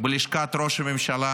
בלשכת ראש הממשלה,